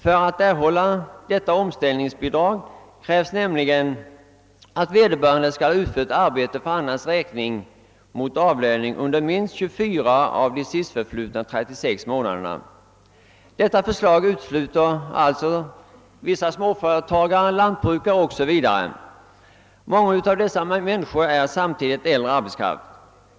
För erhållande av detta omställningsbidrag krävs nämligen att vederbörande skall ha utfört arbete för annans räkning mot avlöning under minst 24 av de sistförflutna 36 månaderna. Detta förslag utesluter alltså vissa småföretagare, lantbrukare osv. Många av dessa människor är äldre arbetskraft.